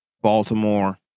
Baltimore